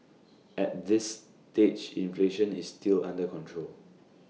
at this stage inflation is still under control